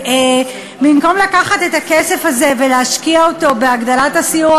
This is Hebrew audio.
במקום לקחת את הכסף הזה ולהשקיע אותו בהגדלת הסיוע